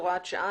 הוראת שעה,